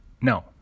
no